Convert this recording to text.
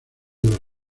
los